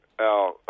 Al